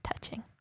touching